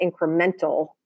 incremental